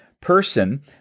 person